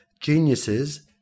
geniuses